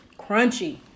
crunchy